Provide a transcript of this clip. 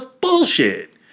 bullshit